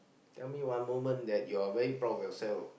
tell me one moment that you are very proud of yourself